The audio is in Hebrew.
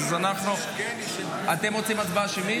אתם רוצים הצבעה שמית?